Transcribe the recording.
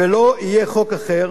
ולא יהיה חוק אחר,